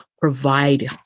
provide